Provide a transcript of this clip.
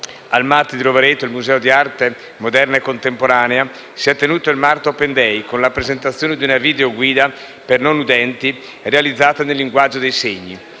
al Mart di Rovereto, il museo di arte moderna e contemporanea, si è tenuto il Mart *open day* con la presentazione di una video guida per non udenti realizzata nel linguaggio dei segni.